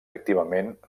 activament